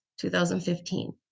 2015